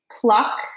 pluck